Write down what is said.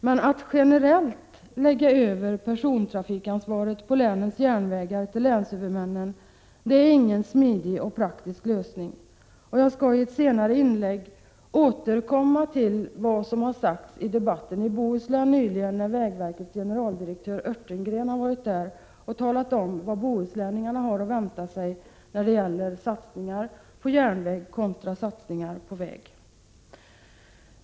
Men att generellt lägga över ansvaret för persontrafiken på länets järnvägar till länshuvudmännen är ingen smidig och praktisk lösning. Jag skall i ett senare inlägg återkomma till vad som har sagts i debatten i Bohuslän nyligen, när vägverkets generaldirektör Örtendahl var där och talade om vad bohuslänningarna hade att vänta sig när det gällde satsningar på järnväg kontra satsningar på väg.